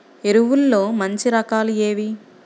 ఎరువుల్లో మంచి రకాలు ఏవి?